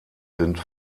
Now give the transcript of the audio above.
sind